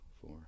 four